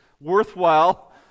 worthwhile